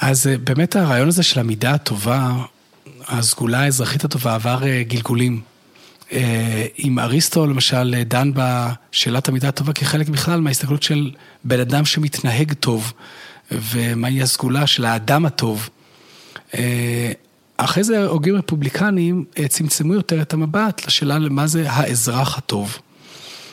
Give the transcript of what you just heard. אז באמת הרעיון הזה של המידה הטובה, הסגולה האזרחית הטובה, עבר גלגולים. אם אריסטו, למשל, דן בשאלת המידה הטובה כחלק בכלל מההסתכלות של בן אדם שמתנהג טוב ומה היא הסגולה של האדם הטוב. אחרי זה, הוגים רפובליקנים צמצמו יותר את המבט לשאלה למה זה האזרח הטוב.